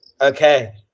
Okay